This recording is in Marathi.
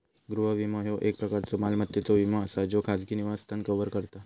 गृह विमो, ह्यो एक प्रकारचो मालमत्तेचो विमो असा ज्यो खाजगी निवासस्थान कव्हर करता